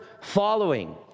following